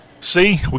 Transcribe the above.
See